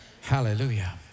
Hallelujah